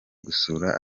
gusura